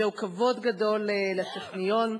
זהו כבוד גדול לטכניון.